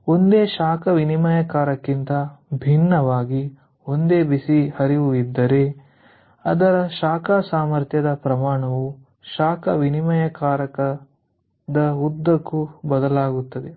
ಆದ್ದರಿಂದ ಒಂದೇ ಶಾಖ ವಿನಿಮಯಕಾರಕಕ್ಕಿಂತ ಭಿನ್ನವಾಗಿ ಒಂದೇ ಬಿಸಿ ಹರಿವು ಇದ್ದರೆ ಅದರ ಶಾಖ ಸಾಮರ್ಥ್ಯದ ಪ್ರಮಾಣವು ಶಾಖ ವಿನಿಮಯಕಾರಕದ ಉದ್ದಕ್ಕೂ ಬದಲಾಗುತ್ತದೆ